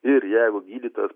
ir jeigu gydytojas